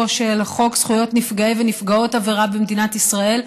של חוק זכויות נפגעי ונפגעות עבירה במדינת ישראל,